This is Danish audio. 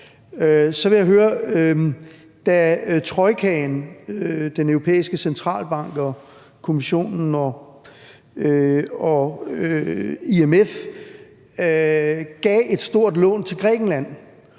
over. Var det, da trojkaen, Den Europæiske Centralbank og Kommissionen og IMF, gav et stort et lån til Grækenland